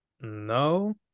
No